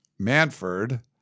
Manford